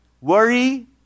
worry